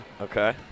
Okay